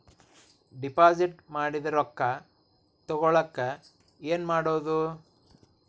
Deposit ಮಾಡಿದ ರೊಕ್ಕ ತಗೋಳಕ್ಕೆ ಏನು ಮಾಡೋದು?